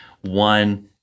One